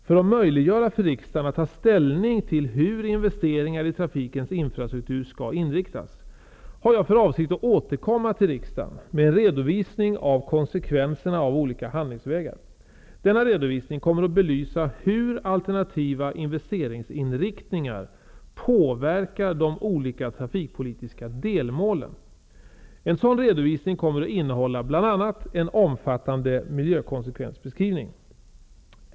För att möjliggöra för riksdagen att ta ställning till hur investeringar i trafikens infrastruktur skall inriktas har jag för avsikt att återkomma till riksdagen med en redovisning av konsekvenserna av olika handlingsvägar. Denna redovisning kommer att belysa hur alternativa investeringsinriktningar påverkar de olika trafikpolitiska delmålen. En sådan redovisning kommer att innehålla bl.a. en omfattande miljökonsekvensbeskrivning.